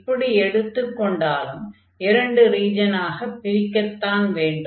இப்படி எடுத்துக் கொண்டாலும் இரண்டு ரீஜனாக பிரிக்கத்தான் வேண்டும்